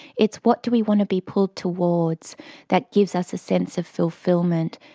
it's what do we want to be pulled towards that gives us a sense of fulfilment.